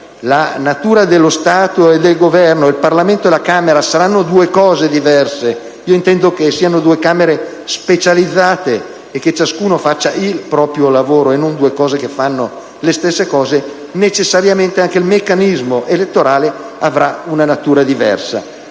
la natura dello Stato e del Governo e la Camera e il Senato saranno due cose diverse, nel senso che saranno due Camere specializzate in cui ciascuno svolga il proprio lavoro e non le stesse cose, necessariamente anche il meccanismo elettorale avrà una natura diversa.